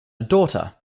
daughter